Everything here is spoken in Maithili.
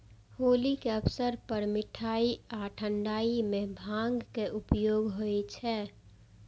होली के अवसर पर मिठाइ आ ठंढाइ मे भांगक उपयोग होइ छै